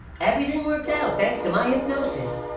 everything worked out thanks to my hypnosis.